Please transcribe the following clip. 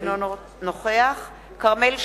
אינו נוכח כרמל שאמה,